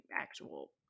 actual